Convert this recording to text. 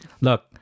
Look